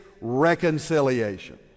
reconciliation